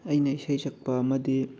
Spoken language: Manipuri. ꯑꯩꯅ ꯏꯁꯩ ꯁꯛꯄ ꯑꯃꯗꯤ